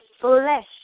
flesh